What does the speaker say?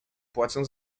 płacę